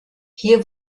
hier